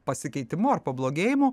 pasikeitimu ar pablogėjimu